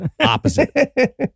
opposite